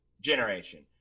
generation